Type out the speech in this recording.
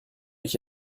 ich